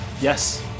Yes